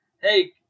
Hey